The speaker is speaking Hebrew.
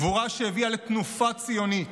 גבורה שהביאה לתנופה ציונית.